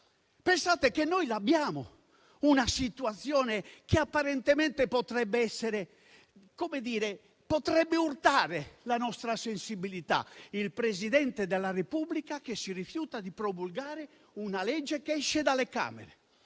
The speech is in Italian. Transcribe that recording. Pensate che noi abbiamo una situazione che apparentemente potrebbe urtare la nostra sensibilità, per così dire: il Presidente della Repubblica che si rifiuta di promulgare una legge che esce dalle Camere,